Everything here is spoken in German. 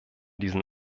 diesen